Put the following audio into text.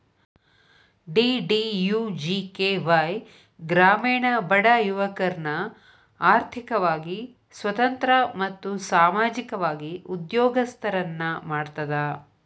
DDUGKY ಗ್ರಾಮೇಣ ಬಡ ಯುವಕರ್ನ ಆರ್ಥಿಕವಾಗಿ ಸ್ವತಂತ್ರ ಮತ್ತು ಸಾಮಾಜಿಕವಾಗಿ ಉದ್ಯೋಗಸ್ತರನ್ನ ಮಾಡ್ತದ